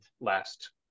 last